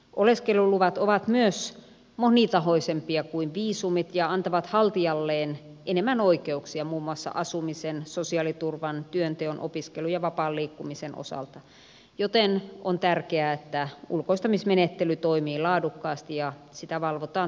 oleskeluluvat ovat myös monitahoisempia kuin viisumit ja antavat haltijalleen enemmän oikeuksia muun muassa asumisen sosiaaliturvan työnteon opiskelun ja vapaan liikkumisen osalta joten on tärkeää että ulkoistamismenettely toimii laadukkaasti ja sitä valvotaan tehokkaasti